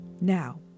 Now